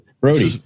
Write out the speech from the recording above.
Brody